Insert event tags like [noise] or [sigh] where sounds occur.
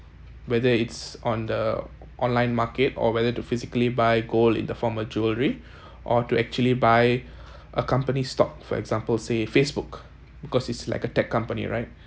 whether it's on the online market or whether to physically buy gold in the form of jewellery [breath] or to actually buy [breath] a company stock for example say facebook because it's like a tech company right